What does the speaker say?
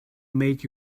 make